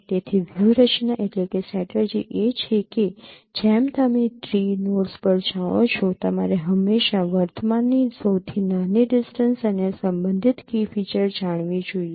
તેથી વ્યૂહરચના એ છે કે જેમ તમે ટ્રી નોડ્સ પર જાઓ છો તમારે હંમેશાં વર્તમાનની સૌથી નાની ડિસ્ટન્સ અને સંબંધિત કી ફીચર જાણવી જોઈએ